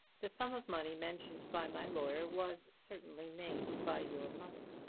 the sum of money mentioned by my lawyer was certainly named by your mother.